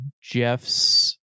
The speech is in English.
Jeff's